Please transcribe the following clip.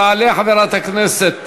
תעלה חברת הכנסת